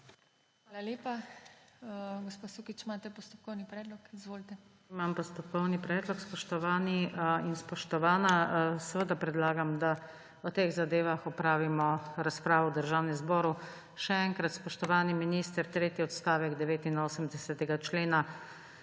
Hvala lepa. Gospa Sukič, imate postopkovni predlog? Izvolite. **NATAŠA SUKIČ (PS Levica):** Imam postopkovni predlog. Spoštovani in spoštovana, seveda predlagam, da o teh zadevah opravimo razpravo v Državnem zboru. Še enkrat, spoštovani minister, tretji odstavek 89. člena